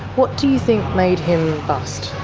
what do you think made him bust?